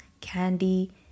candy